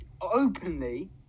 openly